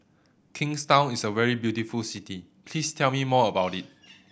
Kingstown is a very beautiful city please tell me more about it